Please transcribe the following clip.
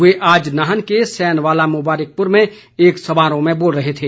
वे आज नाहन के सैनवाला मुबारिकपुर में एक समारोह में बोल रहे थे